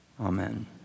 amen